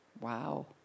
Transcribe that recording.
Wow